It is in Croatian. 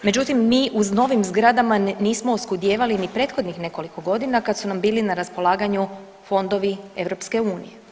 Međutim mi u novim zgradama nismo oskudijevali ni prethodnih nekoliko godina kad su nam bili na raspolaganju fondovi EU.